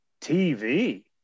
TV